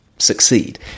Succeed